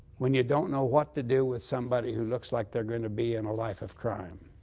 when you don't know what to do with somebody who looks like they're going to be in a life of crime?